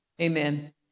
Amen